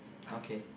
okay